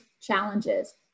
challenges